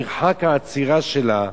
מרחק העצירה שלה,